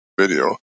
video